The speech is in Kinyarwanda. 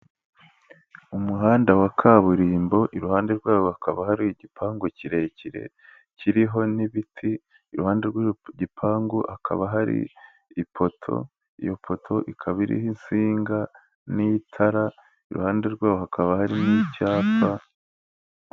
Umuhanda wa kaburimbo, iruhande rwawo hakaba hari igipangu kirekire, kiriho n'ibiti, iruhande rw'igipangu hakaba hari ipoto, iyo poto ikaba iriho insinga n'itara, iruhande rwaho hakaba hari n'icyapa.